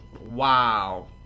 wow